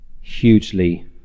hugely